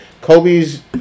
Kobe's